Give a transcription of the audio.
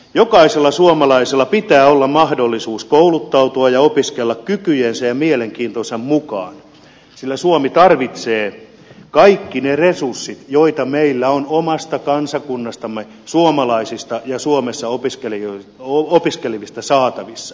jokaisella suomalaisella pitää olla mahdollisuus kouluttautua ja opiskella kykyjensä ja mielenkiintonsa mukaan sillä suomi tarvitsee kaikki ne resurssit joita meillä on omasta kansakunnastamme suomalaisista ja suomessa opiskelevista saatavissa